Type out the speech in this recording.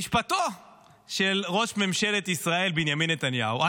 משפטו של ראש ממשלת ישראל בנימין נתניהו,